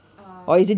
uh